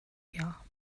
jahr